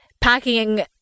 packing